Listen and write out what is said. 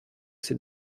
ces